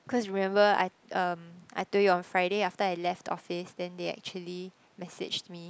cause remember I um I told you on Friday after I left office then they actually messaged me